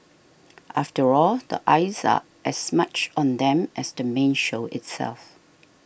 after all the eyes are as much on them as the main show itself